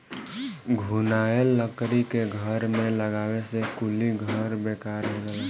घुनाएल लकड़ी के घर में लगावे से कुली घर बेकार हो जाला